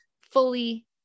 fully